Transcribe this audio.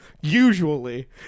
Usually